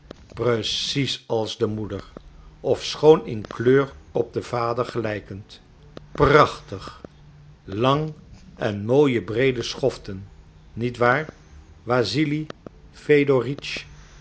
precies als de moeder ofschoon in kleur op den vader gelijkend prachtig lang en mooie breede schoften nietwaar wassili